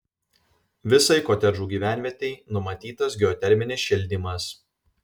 visai kotedžų gyvenvietei numatytas geoterminis šildymas